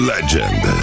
Legend